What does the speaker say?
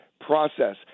process